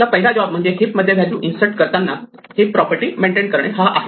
आपला पहिला जॉब म्हणजेच हिप मध्ये व्हॅल्यू इन्सर्ट करताना हिप प्रॉपर्टी मेंटेन करणे हा आहे